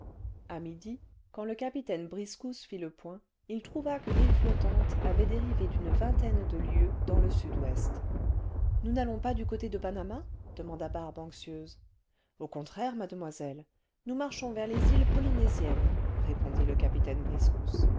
a midi quand le capitaine briscousse fît le point il trouva que l'île flottante avait dérivé d'une vingtaine de lieues dans le sud-ouest ce nous n'allons pas du côté de panama demanda barbe anxieuse au contraire mademoiselle nous marchons vers les îles pôlynél pôlynél en marche siennes répondit le capitaine briscousse